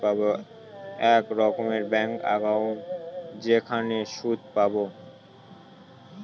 এক রকমের bank account যেখানে সুদ পাবো